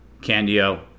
Candio